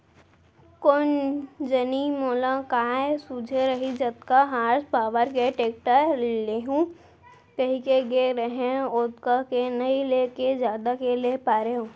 कोन जनी मोला काय सूझे रहिस जतका हार्स पॉवर के टेक्टर लेहूँ कइके गए रहेंव ओतका के नइ लेके जादा के ले पारेंव